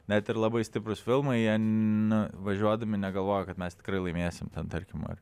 net ir labai stiprūs filmai jie nu važiuodami negalvoja kad mes tikrai laimėsim ten tarkim ar